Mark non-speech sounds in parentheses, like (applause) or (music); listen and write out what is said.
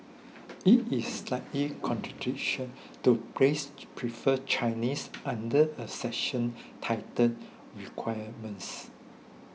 it is slightly contradiction to place (unintelligible) prefer Chinese under a section titled requirements